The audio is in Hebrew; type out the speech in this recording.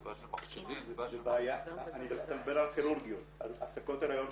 זה בעיה של מכשירים -- אתה מדבר על הפסקות הריון כירורגיות?